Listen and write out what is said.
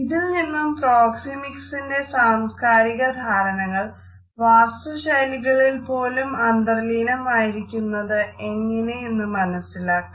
ഇതിൽ നിന്നും പ്രോക്സെമിക്സിന്റെ സാംസ്കാരിക ധാരണകൾ വാസ്തുശൈലികളിൽപ്പോലും അന്തർലീനമായിരിക്കുന്നത് എങ്ങനെ എന്ന് മനസ്സിലാക്കാം